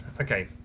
okay